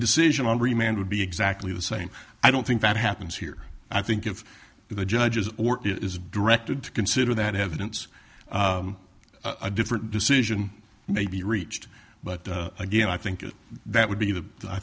decision on remand would be exactly the same i don't think that happens here i think if the judge is or is directed to consider that evidence a different decision may be reached but again i think that would be the i